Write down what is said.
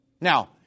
Now